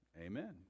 amen